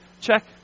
check